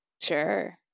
Sure